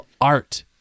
art